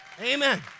Amen